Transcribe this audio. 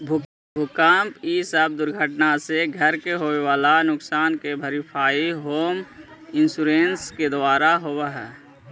भूकंप इ सब दुर्घटना से घर के होवे वाला नुकसान के भरपाई होम इंश्योरेंस के द्वारा होवऽ हई